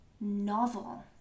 novel